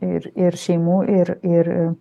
ir ir šeimų ir ir